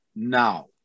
Now